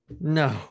no